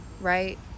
right